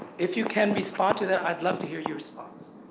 if you can respond to that, i'd love to hear your response.